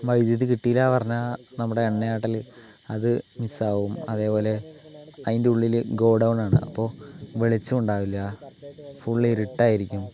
വൈദ്യുതി കിട്ടില്ല പറഞ്ഞാൽ നമ്മുടെ എണ്ണ ആട്ടൽ അത് മിസ്സാകും അതു പോലെ അതിൻ്റെ ഉള്ളിൽ ഗോ ഡൗൺ ആണ് അപ്പോൾ വെളിച്ചം ഉണ്ടാവില്ല ഫുള്ള് ഇരുട്ടായിരിക്കും